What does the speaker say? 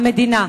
המדינה.